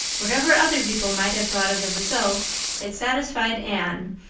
whatever other people might have thought of the result it satisfied anne,